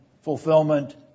Fulfillment